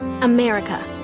America